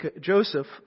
Joseph